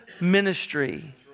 ministry